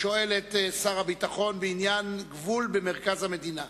שואל את שר הביטחון בעניין גבול במרכז המדינה.